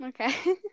okay